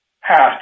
past